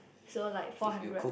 so like four hundred